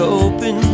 open